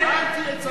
הצעתי לך הצעה אחת.